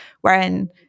wherein